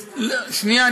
שנייה,